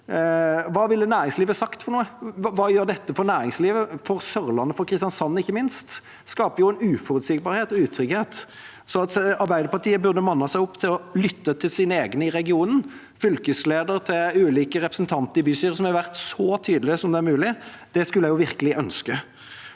Hva ville næringslivet sagt? Hva gjør dette for næringslivet, for Sørlandet og ikke minst for Kristiansand? Det skaper uforutsigbarhet og utrygghet. Arbeiderpartiet burde mannet seg opp til å lytte til sine egne i regionen, fylkesledere og ulike representanter i bystyret, som har vært så tydelige som det er mulig å være. Det skulle jeg virkelig ønske.